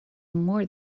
more